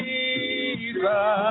Jesus